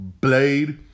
Blade